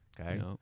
okay